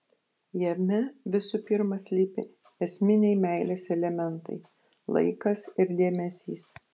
jame visų pirma slypi esminiai meilės elementai laikas ir dėmesys